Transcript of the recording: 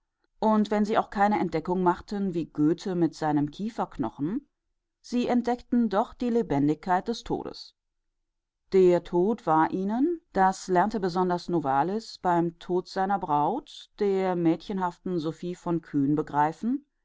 und wenn sie auch keine entdeckung machten wie goethe mit seinem kieferknochen sie entdeckten die lebendigkeit des todes der tod war ihnen novalis lernte es beim tod seiner braut der mädchenhaften sophie von kühn begreifen